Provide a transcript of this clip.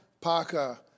Parker